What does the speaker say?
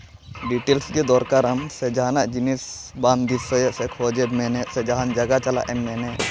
details ᱜᱮ ᱫᱚᱨᱠᱟᱨᱟᱢ ᱥᱮ ᱡᱟᱦᱟᱱᱟᱜ ᱡᱤᱱᱤᱥ ᱵᱟᱢ ᱫᱤᱥᱟᱹᱭᱮᱫ ᱥᱮ ᱠᱷᱚᱡ ᱮᱢ ᱢᱮᱱᱮᱫ ᱥᱮ ᱡᱟᱦᱟᱱ ᱡᱟᱭᱜᱟ ᱪᱟᱞᱟᱜ ᱮᱢ ᱢᱮᱱᱮᱫ